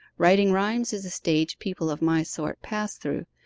writing rhymes is a stage people of my sort pass through,